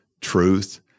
truth